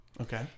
Okay